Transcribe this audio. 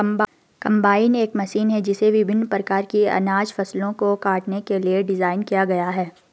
combine एक machine है जिसे विभिन्न प्रकार की अनाज फसलों को काटने के लिए डिज़ाइन किया गया है